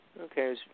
okay